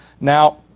Now